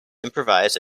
improvise